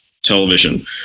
television